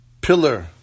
pillar